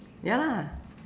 ya lah